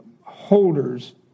holders